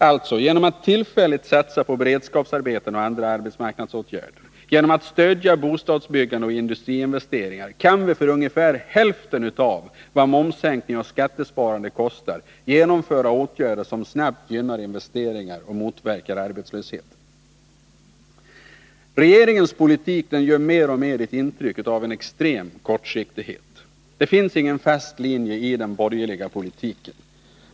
Alltså: genom att tillfälligtvis satsa på beredskapsarbeten och andra arbetsmarknadsåtgärder, genom att stödja bostadsbyggande och industriinvesteringar kan vi för ungefär hälften av vad momssänkning och skattesparande kostar genomföra åtgärder som snabbt gynnar investeringar och motverkar arbetslösheten. Regeringens politik ger mer och mer ett intryck av en extrem kortsiktighet. Det finns ingen fast linje i den borgerliga politiken.